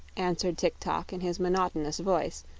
answered tik-tok, in his monotonous voice,